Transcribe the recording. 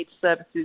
services